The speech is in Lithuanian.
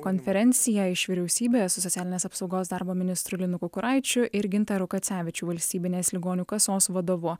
konferencija iš vyriausybės su socialinės apsaugos darbo ministru linu kukuraičiu ir gintaru kacevičiu valstybinės ligonių kasos vadovu